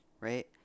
right